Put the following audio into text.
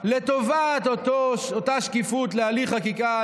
לטובת אותה שקיפות להליך חקיקה,